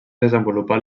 desenvolupar